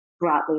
broadly